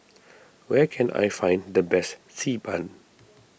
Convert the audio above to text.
where can I find the best Xi Ban